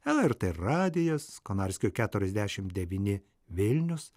lrt radijas konarskio keturiasdešim devyni vilnius